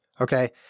Okay